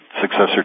successor